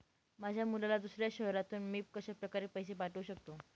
माझ्या मुलाला दुसऱ्या शहरातून मी कशाप्रकारे पैसे पाठवू शकते?